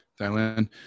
thailand